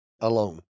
alone